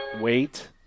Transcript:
Wait